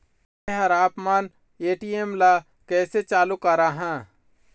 मैं हर आपमन ए.टी.एम ला कैसे चालू कराहां?